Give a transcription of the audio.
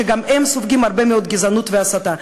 שגם הם סופגים הרבה מאוד גזענות והסתה.